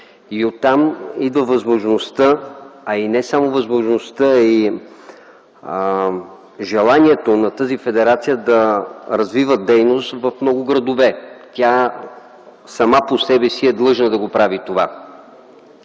и оттам и до възможността, а и не само възможността, а и желанието на тази федерация да развива дейност в много градове. Тя сама по себе си е длъжна да прави това.